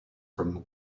from